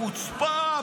הוא חוצפה,